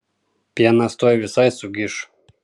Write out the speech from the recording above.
pienas tuoj visai sugiš